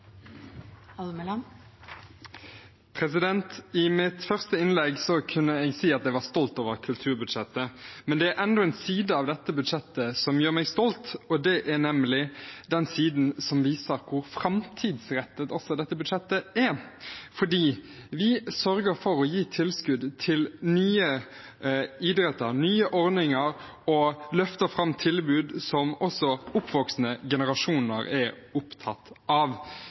tragisk. I mitt første innlegg kunne jeg si at jeg var stolt over kulturbudsjettet. Men det er enda en side av dette budsjettet som gjør meg stolt, og det er nemlig den siden som viser hvor framtidsrettet også dette budsjettet er, fordi vi sørger for å gi tilskudd til nye idretter og nye ordninger og løfter fram tilbud som også oppvoksende generasjoner er opptatt av.